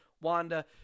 wanda